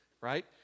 right